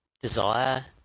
desire